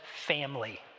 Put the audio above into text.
family